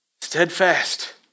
steadfast